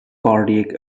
cardiac